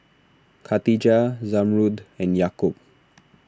Khatijah Zamrud and Yaakob